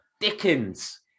dickens